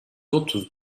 otuz